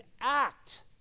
act